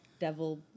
devil